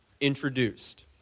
introduced